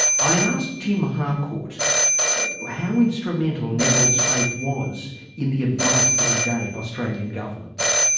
i asked tim harcourt how instrumental nevile's faith was in the advice that he gave australian governments?